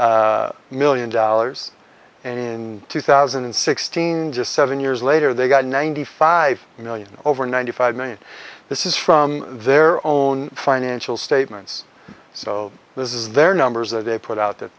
million dollars in two thousand and sixteen just seven years later they got ninety five million over ninety five million this is from their own financial statements so this is their numbers that they put out that